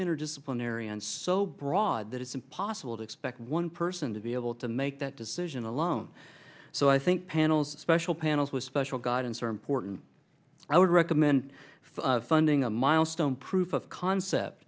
interdisciplinary and so broad that it's impossible to expect one person to be able to make that decision alone so i think panels special panels with special guidance are important i would recommend for funding a milestone proof of concept